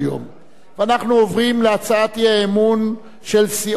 אני קובע שהצעת האי-אמון של סיעות חד"ש,